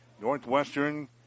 Northwestern